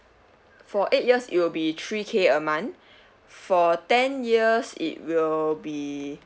for eight years it will be three K a month for ten years it will be